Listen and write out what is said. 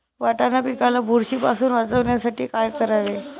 वाटाणा पिकाला बुरशीपासून वाचवण्यासाठी काय करावे?